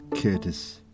Curtis